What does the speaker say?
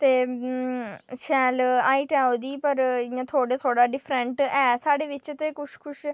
शैल हाईट ऐ ओह्दी पर इ'यां थोह्ड़ा थोह्ड़ा डिफरैंस है साढ़े बिच ते कुछ कुछ